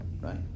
Right